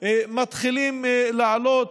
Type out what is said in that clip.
מתחילים לעלות,